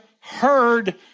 heard